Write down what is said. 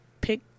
pick